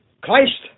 Christ